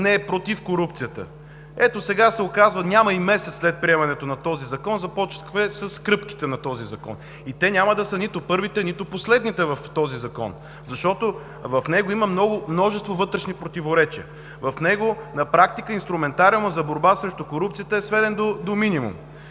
не е против корупцията. Ето сега се оказва, няма и месец след приемането на този закон, че започнахме с кръпките на този закон. Те няма да са нито първите, нито последните, защото в него има множество вътрешни противоречия. В него инструментариума за борба срещу корупцията на практика е сведен до минимум.